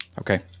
Okay